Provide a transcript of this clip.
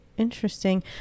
Interesting